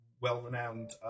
well-renowned